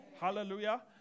Hallelujah